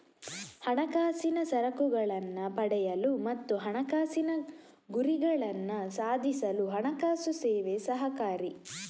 ಹಣಕಾಸಿನ ಸರಕುಗಳನ್ನ ಪಡೆಯಲು ಮತ್ತು ಹಣಕಾಸಿನ ಗುರಿಗಳನ್ನ ಸಾಧಿಸಲು ಹಣಕಾಸು ಸೇವೆ ಸಹಕಾರಿ